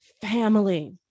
family